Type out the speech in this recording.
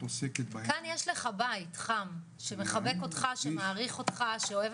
עוסקת בהם --- כאן יש לך בית חם שמחבק אותך שמעריך אותך שאוהב